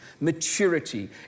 Maturity